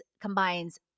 combines